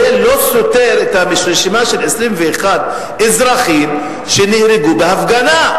זה לא סותר את הרשימה של 21 אזרחים שנהרגו בהפגנה.